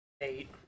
Eight